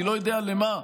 אני לא יודע למה,